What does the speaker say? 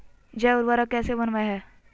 जैव उर्वरक कैसे वनवय हैय?